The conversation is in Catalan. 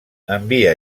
envia